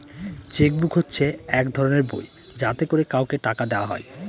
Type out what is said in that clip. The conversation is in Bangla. চেক বুক হচ্ছে এক ধরনের বই যাতে করে কাউকে টাকা দেওয়া হয়